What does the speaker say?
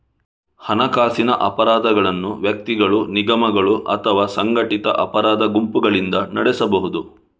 ಹಣಕಾಸಿನ ಅಪರಾಧಗಳನ್ನು ವ್ಯಕ್ತಿಗಳು, ನಿಗಮಗಳು ಅಥವಾ ಸಂಘಟಿತ ಅಪರಾಧ ಗುಂಪುಗಳಿಂದ ನಡೆಸಬಹುದು